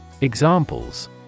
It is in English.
Examples